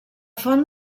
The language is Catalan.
font